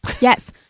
yes